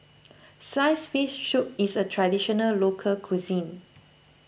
Sliced Fish Soup is a Traditional Local Cuisine